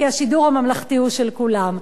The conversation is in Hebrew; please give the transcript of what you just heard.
כי השידור הממלכתי הוא של כולם.